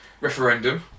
referendum